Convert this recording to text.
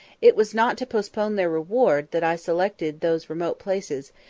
it was not to postpone their reward, that i selected those remote places,